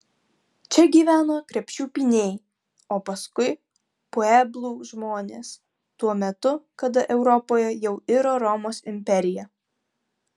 čia gyveno krepšių pynėjai o paskui pueblų žmonės tuo metu kada europoje jau iro romos imperija